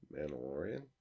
Mandalorian